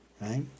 right